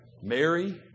Mary